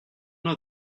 know